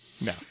No